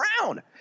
Brown